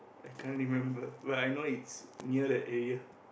I can't remember but I know it's near the area